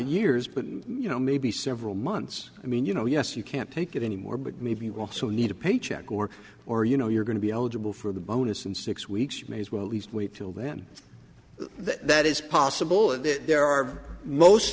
years but you know maybe several months i mean you know yes you can't take it anymore but maybe you will soon need a paycheck or or you know you're going to be eligible for the bonus and six weeks may as well least wait till then that that is possible and that there are most